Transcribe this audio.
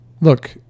Look